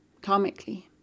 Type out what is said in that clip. karmically